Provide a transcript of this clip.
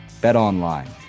BetOnline